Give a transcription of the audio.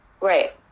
Right